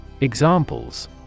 Examples